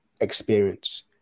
experience